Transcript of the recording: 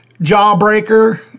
Jawbreaker